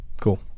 Cool